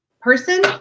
person